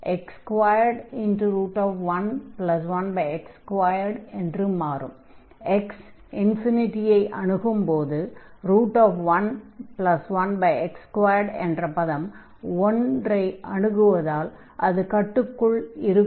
x ∞ ஐ அணுகும்போது 11x2 என்ற பதம் 1 ஐ அணுகுவதால் அது கட்டுக்குள் இருக்கும்